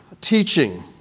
teaching